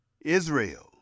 israel